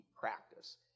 practice